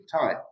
time